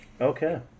okay